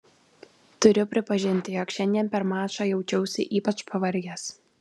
turiu pripažinti jog šiandien per mačą jaučiausi ypač pavargęs